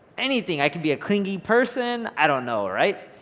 anything. i could be a clingy person, i don't know, right?